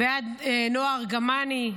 בעד נועה ארגמני,